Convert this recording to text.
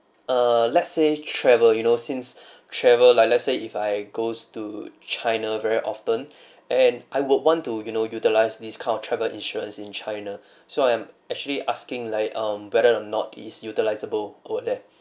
err let's say travel you know since travel like let's say if I goes to china very often and I would want to you know utilised this kind of travel insurance in china so I'm actually asking like um whether or not is utilisable over there